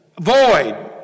void